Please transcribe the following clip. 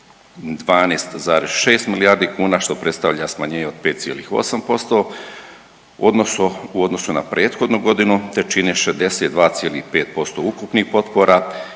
12,6 milijardi kuna što predstavlja smanjenje od 5,8% u odnosu na prethodnu godinu te čine 62,5% ukupnih potpora